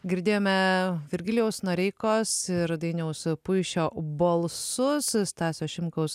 girdėjome virgilijaus noreikos ir dainiaus puišio balsus stasio šimkaus